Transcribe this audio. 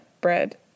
bread